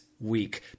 week